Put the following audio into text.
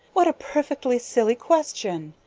what a perfectly silly question!